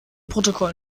protokoll